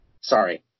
Sorry